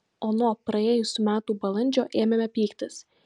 o nuo praėjusių metų balandžio ėmėme pyktis